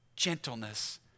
gentleness